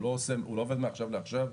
הוא לא עובד מעכשיו לעכשיו,